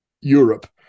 Europe